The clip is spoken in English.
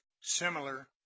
similar